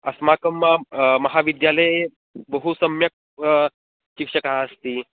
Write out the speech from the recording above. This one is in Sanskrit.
अस्माकं मां महाविद्यालये बहु सम्यक् शिक्षकाः अस्ति